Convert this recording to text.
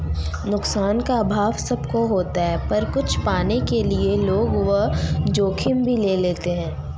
नुकसान का अभाव सब को होता पर कुछ पाने के लिए लोग वो जोखिम भी ले लेते है